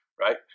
right